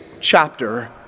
chapter